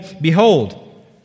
behold